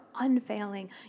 unfailing